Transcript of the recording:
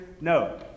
no